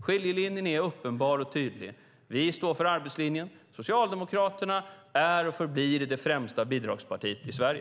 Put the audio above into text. Skiljelinjen är uppenbar och tydlig. Vi står för arbetslinjen, och Socialdemokraterna är och förblir det främsta bidragspartiet i Sverige.